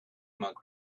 monk